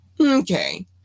Okay